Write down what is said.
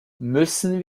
müssen